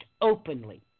openly